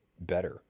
better